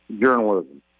journalism